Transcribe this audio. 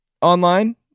online